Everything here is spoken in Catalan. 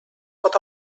pot